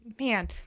man